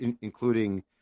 including